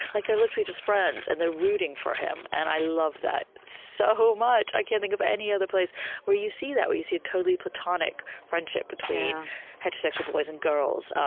like they're literally just friends, and they're rooting for him. and i love that so much. i can't think of any other place where you see that, where you see a totally platonic friendship between heterosexual boys and girls,